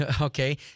Okay